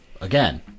again